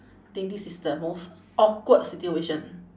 think this is the most awkward situation